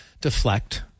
deflect